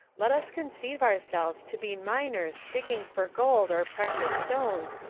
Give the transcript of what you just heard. let us conceive ourselves to be miners digging for gold or precious stones,